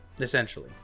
essentially